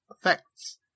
effects